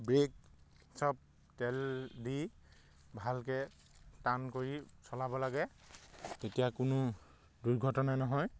brake চব তেল দি ভালকৈ টান কৰি চলাব লাগে তেতিয়া কোনো দুৰ্ঘটনা নহয়